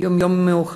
היום יום מיוחד,